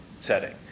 setting